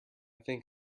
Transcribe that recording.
think